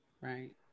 Right